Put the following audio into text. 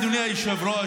אדוני היושב-ראש,